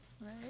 Right